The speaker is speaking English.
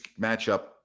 matchup